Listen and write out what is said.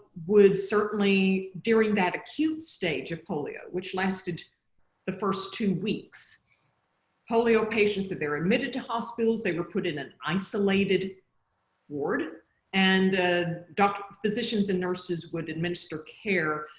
would certainly during that acute stage of polio which lasted the first two weeks polio patients that they're admitted to hospitals they were put in an isolated ward and physicians and nurses would administer care